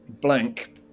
blank